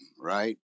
right